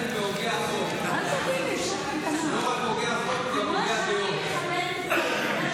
עאידה, אל תשכחי, הוגה ויוזם החוק.